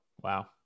Wow